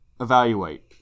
Evaluate